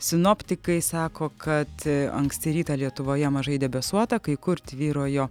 sinoptikai sako kad anksti rytą lietuvoje mažai debesuota kai kur tvyrojo